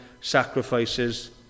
sacrifices